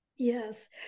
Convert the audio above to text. Yes